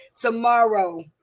tomorrow